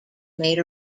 made